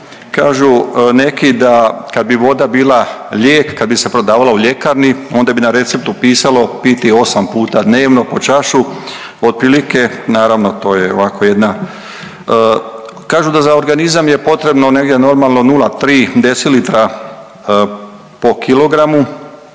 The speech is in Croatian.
Kažu neki kad bi voda bila lijek, kad bi se prodavala u ljekarni onda bi na receptu pisalo piti osam puta dnevno po čašu otprilike, naravno to je ovako jedna kažu da za organizam je potrebno negdje normalno 0,3 decilitra po kilogramu